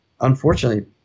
unfortunately